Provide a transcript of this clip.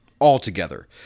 Altogether